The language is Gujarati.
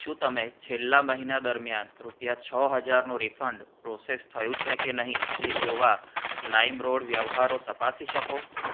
શું તમે છેલ્લા મહિના દરમિયાન રૂપિયા છ હજારનું રીફંડ પ્રોસેસ થયું છે કે નહીં તે જોવા લાઈમ રોડ વ્યવહારો તપાસી શકો